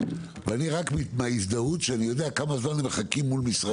ואני רק מההזדהות שאני יודע כמה זמן הם מחכים מול משרדי הממשלה,